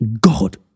God